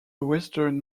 western